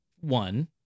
one